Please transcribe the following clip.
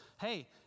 Hey